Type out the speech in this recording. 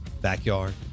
backyard